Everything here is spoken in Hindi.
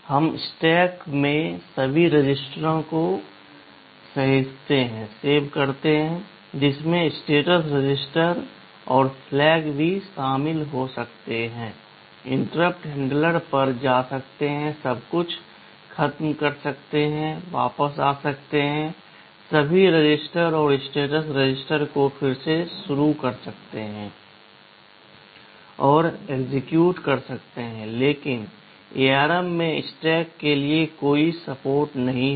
हम स्टैक में सभी रजिस्टरों को सहेजते हैं जिसमें स्टेटस रजिस्टर और फ्लैग भी शामिल हो सकते हैं इंटरप्ट हैंडलर पर जा सकते हैं सबकुछ खत्म कर सकते हैं वापस आ सकते हैं सभी रजिस्टर और स्टेटस रजिस्टर को फिर से शुरू कर सकते हैं और एक्जीक्यूट कर सकते हैं लेकिन ARM में स्टैक के लिए कोई सपोर्ट नहीं है